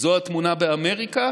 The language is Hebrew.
זו התמונה באמריקה